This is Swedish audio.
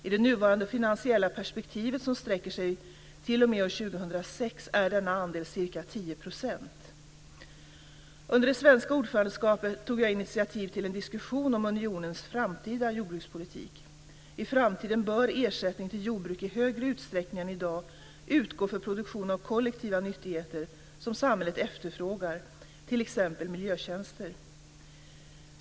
I det nuvarande finansiella perspektivet som sträcker sig t.o.m. år 2006 är denna andel ca 10 %. Under det svenska ordförandeskapet tog jag initiativ till en diskussion om unionens framtida jordbrukspolitik. I framtiden bör ersättning till jordbruket i större utsträckning än i dag utgå för produktion av kollektiva nyttigheter som samhället efterfrågar, t.ex. miljötjänster.